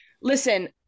Listen